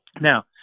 Now